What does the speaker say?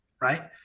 right